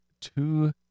two